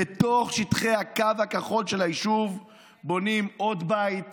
בתוך שטחי הקו הכחול של היישוב בונים עוד בית